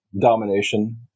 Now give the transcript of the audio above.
domination